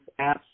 apps